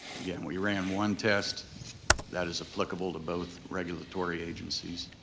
again, we ran one test that is applicable to both regulatory agencies.